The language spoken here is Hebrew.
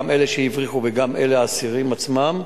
גם אלה שהבריחו וגם האסירים עצמם.